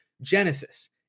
Genesis